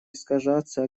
искажаться